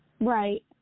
Right